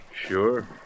Sure